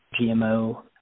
GMO